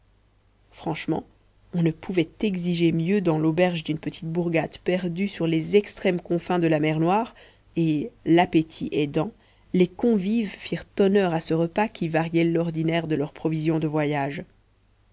franchement on ne pouvait exiger mieux dans l'auberge d'une petite bourgade perdue sur les extrêmes confins de la mer noire et l'appétit aidant les convives firent honneur à ce repas qui variait l'ordinaire de leurs provisions de voyage